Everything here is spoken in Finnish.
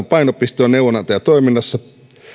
painopiste on neuvonantajatoiminnassa